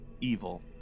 evil